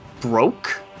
broke